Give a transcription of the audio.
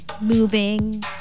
moving